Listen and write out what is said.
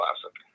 classic